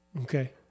Okay